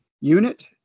Unit